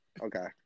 Okay